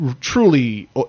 truly